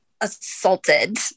assaulted